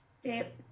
step